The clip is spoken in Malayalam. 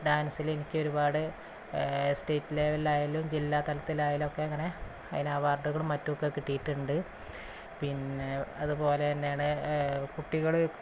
ഡാൻസിലെനിക്ക് ഒരുപാട് സ്റ്റേറ്റ് ലെവലിലായാലും ജില്ലാതലത്തിലായാലൊക്കെ ഇങ്ങനെ അതിന് അവാർഡുകളും മറ്റുമൊക്കെ കിട്ടിയിട്ടുണ്ട് പിന്നെ അതുപോല തന്നെയാണ് കുട്ടികൾ